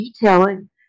detailing